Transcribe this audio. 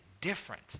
different